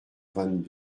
vingt